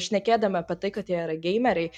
šnekėdami apie tai kad jie yra geimeriai